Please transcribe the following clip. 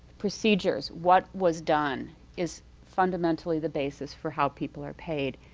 procedures. what was done is fundamentally the basis for how people are paid.